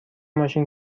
ماشین